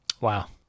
Wow